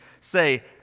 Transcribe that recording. say